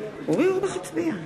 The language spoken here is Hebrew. אורי אורבך, מצביע